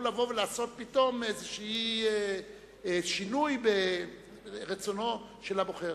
לבוא ולעשות פתאום איזה שינוי ברצונו של הבוחר.